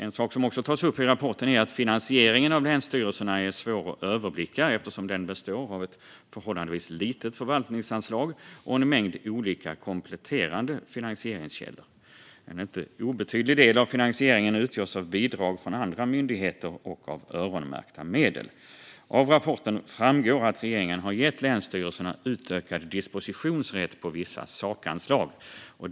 En annan sak som tas upp i rapporten är att finansieringen av länsstyrelserna är svår att överblicka, eftersom den består av ett förhållandevis litet förvaltningsanslag och en mängd olika kompletterande finansieringskällor. En inte obetydlig del av finansieringen utgörs av bidrag från andra myndigheter och av öronmärkta medel. Av rapporten framgår att regeringen har gett länsstyrelserna utökad dispositionsrätt på vissa sakanslag.